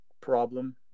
problem